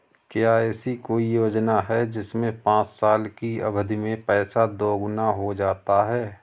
क्या ऐसी कोई योजना है जिसमें पाँच साल की अवधि में पैसा दोगुना हो जाता है?